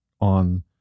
on